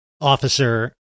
officer